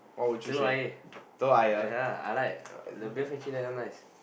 Telok-Ayer yeah I like the Bread-Factory there damn nice